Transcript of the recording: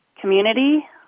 community